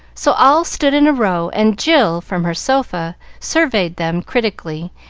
so all stood in a row, and jill, from her sofa, surveyed them critically,